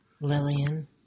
Lillian